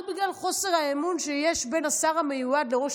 רק בגלל חוסר האמון שיש בין השר המיועד לראש